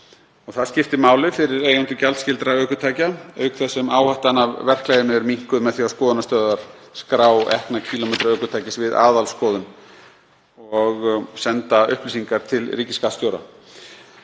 Það skiptir máli fyrir eigendur gjaldskyldra ökutækja auk þess sem áhættan af því verklagi er minnkuð með því að skoðunarstöðvar skrái ekna kílómetra ökutækis við aðalskoðun og sendi upplýsingarnar til ríkisskattstjóra.